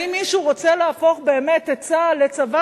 האם מישהו רוצה להפוך באמת את צה"ל לצבא